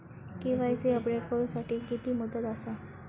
KYC update करू साठी किती मुदत आसा?